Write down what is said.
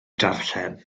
darllen